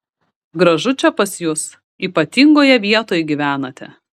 gražu čia pas jus ypatingoje vietoj gyvenate